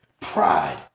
Pride